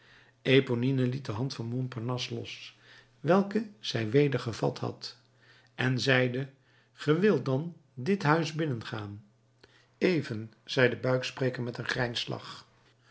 eponine liet de hand van montparnasse los welke zij weder gevat had en zeide ge wilt dan dit huis binnengaan even zei de buikspreker met een grijnslach